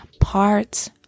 parts